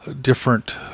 different